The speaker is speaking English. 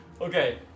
Okay